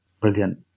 brilliant